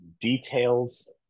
details